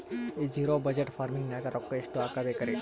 ಈ zero budget farming ನಾಗ್ ರೊಕ್ಕ ಎಷ್ಟು ಹಾಕಬೇಕರಿ?